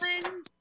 one